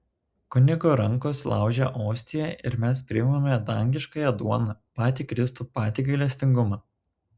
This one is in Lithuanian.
kunigo rankos laužia ostiją ir mes priimame dangiškąją duoną patį kristų patį gailestingumą